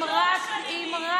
אם רק